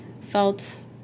felt